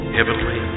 Heavenly